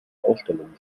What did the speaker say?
ausstellungen